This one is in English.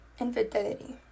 Infidelity